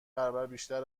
برابربیشتر